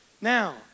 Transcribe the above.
Now